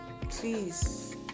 please